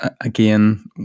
again